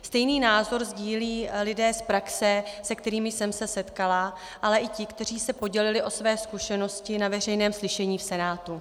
Stejný názor sdílí lidé z praxe, se kterými jsem se setkala, ale i ti, kteří se podělili o své zkušenosti na veřejném slyšení v Senátu.